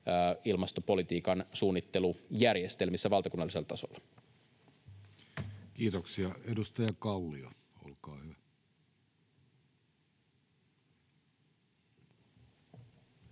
ilmastopolitiikan suunnittelujärjestelmissä valtakunnallisella tasolla. Kiitoksia. — Edustaja Kallio, olkaa hyvä.